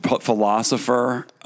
philosopher